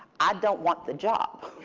i don't want the job.